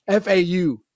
FAU